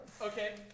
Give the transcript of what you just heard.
Okay